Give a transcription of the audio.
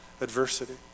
adversity